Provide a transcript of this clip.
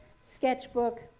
sketchbook